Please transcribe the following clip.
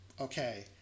Okay